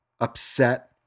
upset